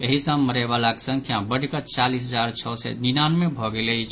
एहि सँ मरयवलाक संख्या बढ़ि क चालीस हजार छओ सय निन्यानवे भऽ गेल अछि